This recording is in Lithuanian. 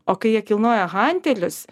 o kai jie kilnoja hantelius